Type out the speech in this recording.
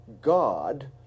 God